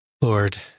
Lord